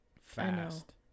fast